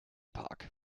park